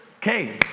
Okay